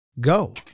Go